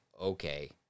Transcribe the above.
okay